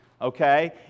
Okay